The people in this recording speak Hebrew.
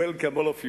Welcome, all of you.